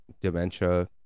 dementia